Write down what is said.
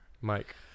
Mike